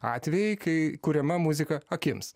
atvejai kai kuriama muzika akims